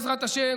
בעזרת השם,